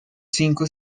cinco